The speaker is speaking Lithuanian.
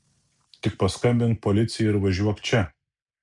tik paskambink policijai ir važiuok čia